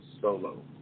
solo